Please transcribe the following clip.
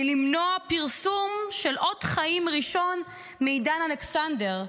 למנוע פרסום של אות חיים ראשון מעידן אלכסנדר,